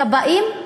סבאים?